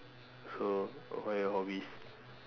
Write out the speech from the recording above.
so what are your hobbies